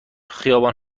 خیابان